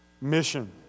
mission